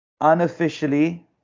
unofficially